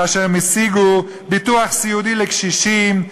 כאשר הם השיגו ביטוח סיעודי לקשישים,